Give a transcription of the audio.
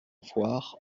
foire